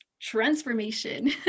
transformation